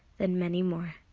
then many more.